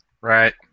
Right